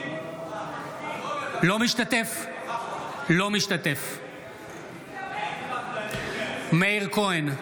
אינו משתתף בהצבעה מאיר כהן,